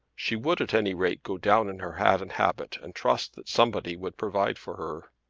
she would at any rate go down in her hat and habit and trust that somebody would provide for her.